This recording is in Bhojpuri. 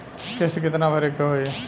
किस्त कितना भरे के होइ?